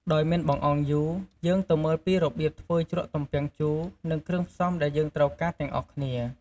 ដោយមិនបង្អង់យូរ យើងទៅមើលពីរបៀបធ្វើជ្រក់ទំពាំងជូរ និងគ្រឿងផ្សំដែលយើងត្រូវការទាំងអស់គ្នា។